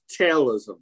tailism